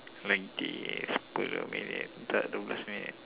lengthy